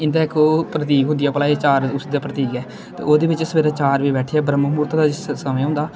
इंदा इक ओह् प्रतीक होंदियां भला एह् चार उसदा प्रतीक ऐ ते ओह्दे बिच्च सबेरे चार बजे बैठियै ब्रह्म महूरत दा समें होंदा